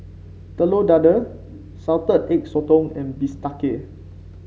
Telur Dadah Salted Egg Sotong and bistake